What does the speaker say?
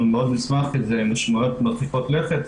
מאוד נשמח כי זה משמעויות מרחיקות לכת,